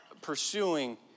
pursuing